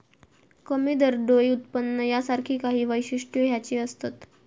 कमी दरडोई उत्पन्न यासारखी काही वैशिष्ट्यो ह्याची असत